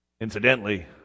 Incidentally